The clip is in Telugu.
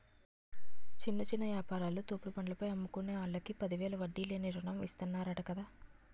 చిన్న చిన్న యాపారాలు, తోపుడు బండ్ల పైన అమ్ముకునే ఆల్లకి పదివేలు వడ్డీ లేని రుణం ఇతన్నరంట కదేటి